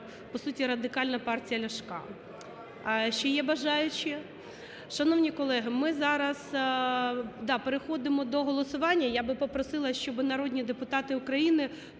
по суті Радикальна партія Ляшка. Ще є бажаючі? Шановні колеги, ми зараз, да, переходимо до голосування. Я би попросила, щоб народні депутати України